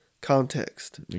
context